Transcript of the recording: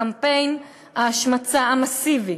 קמפיין ההשמצה המסיבי,